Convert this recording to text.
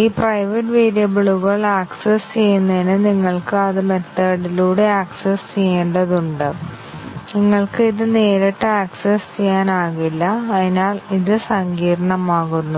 ഈ പ്രൈവറ്റ് വേരിയബിളുകൾ ആക്സസ് ചെയ്യുന്നതിന് നിങ്ങൾക്ക് അത് മെത്തേഡിലൂടെ ആക്സസ് ചെയ്യേണ്ടതുണ്ട് നിങ്ങൾക്ക് ഇത് നേരിട്ട് ആക്സസ് ചെയ്യാനാകില്ല അതിനാൽ ഇത് സങ്കീർണ്ണമാകുന്നു